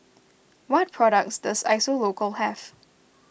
what products does Isocal have